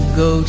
go